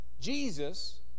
Jesus